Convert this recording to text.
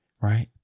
right